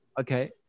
Okay